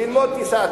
ללמוד טיסה.